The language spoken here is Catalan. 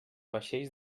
vaixells